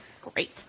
Great